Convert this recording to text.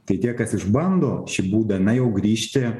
tai tie kas išbando šį būdą na jau grįžti